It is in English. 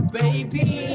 baby